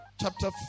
chapter